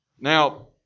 Now